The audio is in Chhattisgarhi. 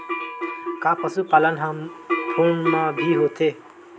का पशुपालन ह फोन म भी होथे?